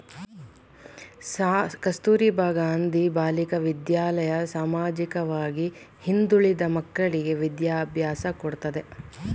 ಕಸ್ತೂರಬಾ ಗಾಂಧಿ ಬಾಲಿಕಾ ವಿದ್ಯಾಲಯ ಸಾಮಾಜಿಕವಾಗಿ ಹಿಂದುಳಿದ ಮಕ್ಕಳ್ಳಿಗೆ ವಿದ್ಯಾಭ್ಯಾಸ ಕೊಡ್ತಿದೆ